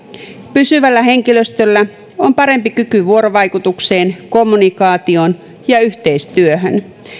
pysyvällä henkilöstöllä on parempi kyky vuorovaikutukseen kommunikaatioon ja yhteistyöhön